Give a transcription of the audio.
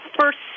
first